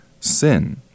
sin